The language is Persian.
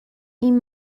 این